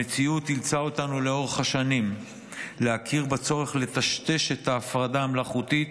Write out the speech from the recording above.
המציאות אילצה אותנו לאורך השנים להכיר בצורך לטשטש את ההפרדה המלאכותית